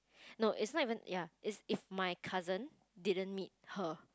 no it's not even ya it's if my cousin didn't meet her